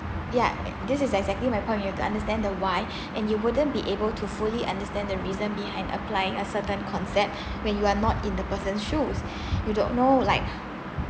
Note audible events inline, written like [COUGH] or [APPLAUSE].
yeah this is exactly my point you have to understand the why and you wouldn't be able to fully understand the reason behind applying a certain concept when your are not in the person's shoes [BREATH] you don't know like